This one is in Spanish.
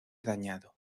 dañado